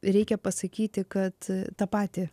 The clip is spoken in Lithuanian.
reikia pasakyti kad tą patį